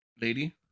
Lady